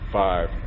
five